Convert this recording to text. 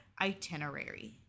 itinerary